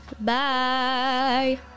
Bye